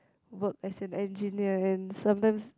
work as an engineer and sometimes